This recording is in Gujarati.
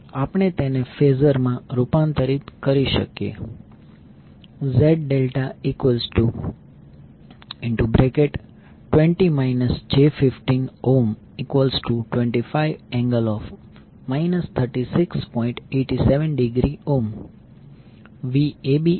આપણે તેને ફેઝરમાં રૂપાંતરિત કરી શકીએ Z∆20 j1525∠ 36